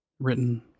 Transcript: Written